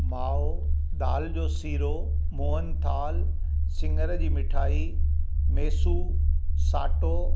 माओ दाल जो सीरो मोहन थाल सिङर जी मिठाई मेसू साटो